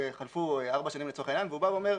חלפו ארבע שנים לצורך העניין והוא בא ואומר,